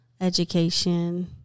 education